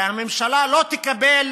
הרי הממשלה לא תקבל